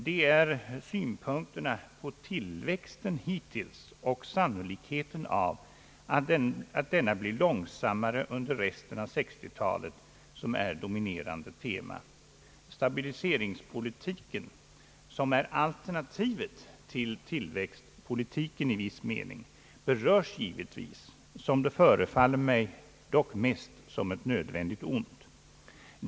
Det är synpunkterna på tillväxten hittills och sannolikheten av att denna blir långsammare under resten av 1960 talet som är dominerande tema. Stabiliseringspolitiken, som är alternativet till tillväxtpolitiken i viss mening, berörs givetvis — som det förefaller mig dock mest som ett nödvändigt ont.